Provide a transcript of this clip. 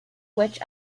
watch